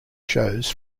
shows